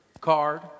Card